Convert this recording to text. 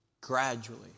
gradually